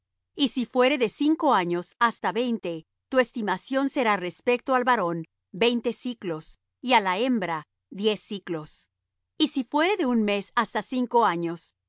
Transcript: y si fuere de cinco años hasta veinte tu estimación será respecto al varón veinte siclos y á la hembra diez siclos y si fuere de un mes hasta cinco años